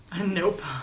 Nope